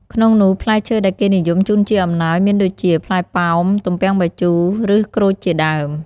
ក្នុងនោះ ផ្លែឈើដែលគេនិយមជូនជាអំណោយមានដូចជា ផ្លែប៉ោម ទំពាំងបាយជូរ ឬ ក្រូចជាដើម។